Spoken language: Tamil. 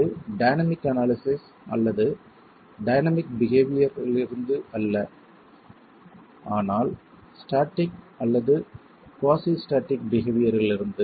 இது டைனமிக் அனாலிசிஸ் அல்லது டைனமிக் பிஹேவியர் இலிருந்து அல்ல ஆனால் ஸ்டேடிக் அல்லது குவாஸி ஸ்டேடிக் பிஹேவியர் இலிருந்து